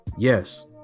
Yes